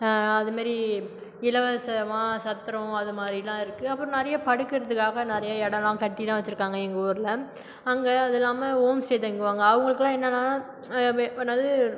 அதுமாரி இலவசமாக சத்திரம் அது மாதிரிலாம் இருக்குது அப்புறம் நிறைய படுக்குறதுக்காக நிறைய இடம்லாம் கட்டிலாம் வச்சுருக்காங்க எங்கள் ஊரில் அங்கே அது இல்லாமல் ஹோம் ஸ்டே தங்கிப்பாங்க அவங்களுக்குலாம் என்னானா என்னாது